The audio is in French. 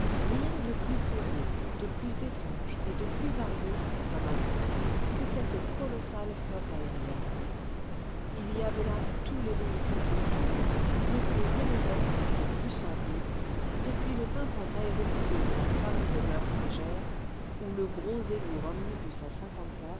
rien de plus curieux de plus étrange et de plus varié comme les concurrents pour le grand prix de paris aspect que cette colossale flotte aérienne il y avait là tous les véhicules possibles les plus élégants et les plus sordides depuis le pimpant aérocoupé de la femme de moeurs légères ou le gros et lourd omnibus à cinquante places